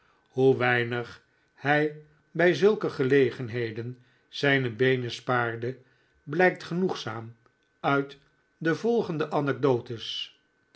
hoe weinig hij bij zulke gelegenheden zn'ne beenen spaarde blijkt genoegzaam uit de volgende anekdotes